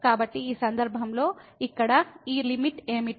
కాబట్టి ఈ సందర్భంలో ఇక్కడ ఈ లిమిట్ ఏమిటి